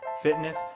fitness